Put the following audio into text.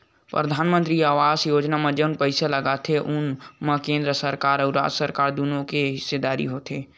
परधानमंतरी आवास योजना म जउन पइसा लागथे तउन म केंद्र सरकार अउ राज सरकार दुनो के हिस्सेदारी होथे